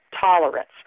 tolerance